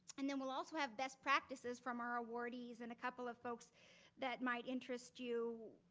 and then we'll also have best practices from our awardees and a couple of folks that might interest you,